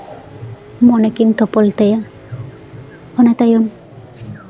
ᱢᱚᱱᱮᱠᱤᱱ ᱛᱚᱯᱚᱞ ᱛᱟᱭᱟ ᱚᱱᱟ ᱛᱟᱭᱚᱢ